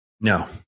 No